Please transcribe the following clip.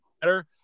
better